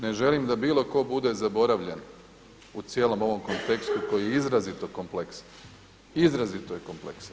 Ne želim da bilo tko bude zaboravljen u cijelom ovom kontekstu koji je izrazito kompleksan, izrazito je kompleksan.